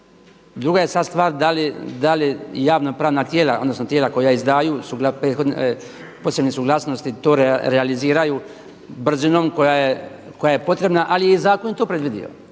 Druga je sad stvar da li javno pravna tijela odnosno tijela koja izdaju su bila posebne suglasnosti to realiziraju brzinom koja je potrebna ali je zakon i to predvidio,